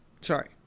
Sorry